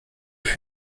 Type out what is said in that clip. fut